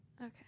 Okay